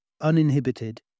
uninhibited